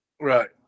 Right